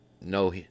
no